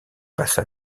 passa